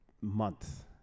month